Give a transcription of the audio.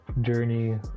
journey